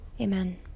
Amen